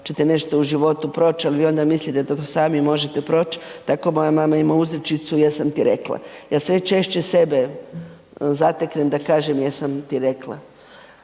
će te nešto u životu proć', al' vi onda mislite da to sami možete proć', tako moja mama ima uzrečicu jesam ti rekla, ja sve češće sebe zateknem da kažem jesam ti rekla.